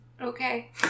Okay